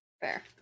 Fair